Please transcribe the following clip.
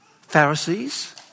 Pharisees